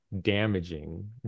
damaging